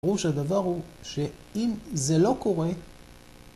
ברור שהדבר הוא שאם זה לא קורה